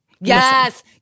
Yes